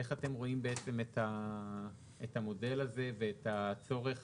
איך אתם רואים את המודל הזה ואת הצורך